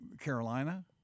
Carolina